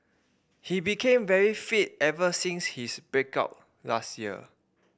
he became very fit ever since his break up last year